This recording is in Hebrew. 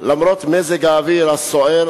למרות מזג האוויר הסוער.